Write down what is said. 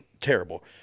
terrible